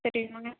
தருவீங்களாங்க